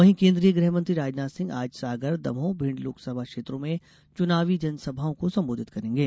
वहीं केन्द्रीय गृहमंत्री राजनाथ सिंह आज सागर दमोह भिण्ड लोकसभा क्षेत्रों में चुनावी जनसभाओं को संबोधित करेंगे